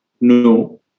No